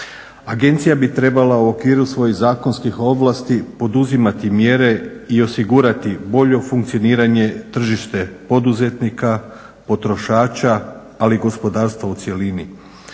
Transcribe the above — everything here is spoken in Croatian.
Agencija bi trebala u okviru svojih zakonskih ovlasti poduzimati mjere i osigurati bolje funkcioniranje tržište poduzetnika, potrošača ali i gospodarstva u cjelini.